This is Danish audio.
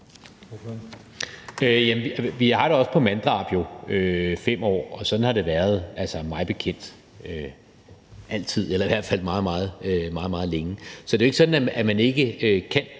Vi har det jo også på manddrab, altså 5 år. Sådan har det mig bekendt været altid eller i hvert fald meget, meget længe. Så det er jo ikke sådan, at man ikke kan